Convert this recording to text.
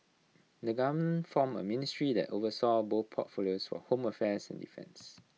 the government formed A ministry that oversaw both portfolios for home affairs and defence